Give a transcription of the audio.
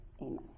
Amen